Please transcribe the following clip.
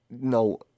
No